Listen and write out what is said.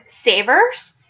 savers